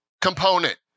component